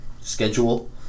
schedule